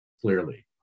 clearly